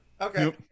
okay